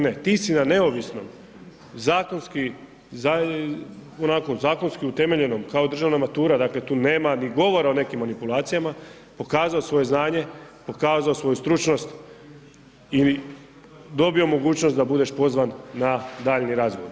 Ne, ti si na neovisnom onako zakonski utemeljenom kao državna matura, dakle tu nema ni govora o nekim manipulacijama, pokazao svoje znanje, pokazao svoju stručnost i dobio mogućnost da budeš pozvan na daljnji razgovor.